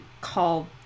call